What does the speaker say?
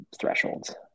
thresholds